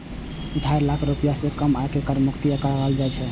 ढाई लाख रुपैया सं कम आय कें कर मुक्त आय कहल जाइ छै